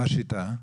מה השיטה?